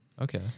Okay